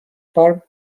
بار